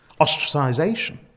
ostracization